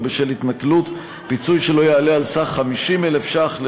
בשל התנכלות פיצוי שלא יעלה על סך 50,000 שקלים,